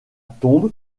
tombe